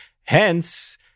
hence